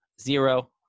zero